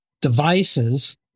devices